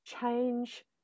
change